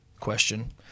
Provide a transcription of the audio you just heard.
question